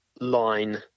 line